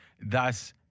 Thus